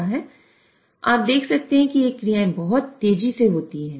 आप देख सकते हैं कि ये क्रियाएं बहुत तेजी से होती हैं